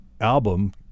album